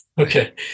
Okay